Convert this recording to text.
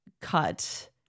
cut